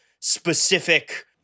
specific